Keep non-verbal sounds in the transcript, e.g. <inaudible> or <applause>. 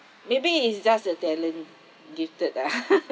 maybe it's just the talent gifted ah <laughs>